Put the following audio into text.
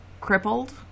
crippled